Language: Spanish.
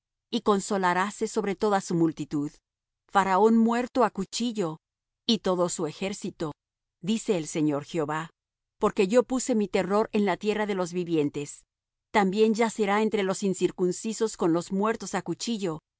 y consolaráse sobre toda su multitud faraón muerto á cuchillo y todo su ejército dice el señor jehová porque yo puse mi terror en la tierra de los vivientes también yacerá entre los incircuncisos con los muertos á cuchillo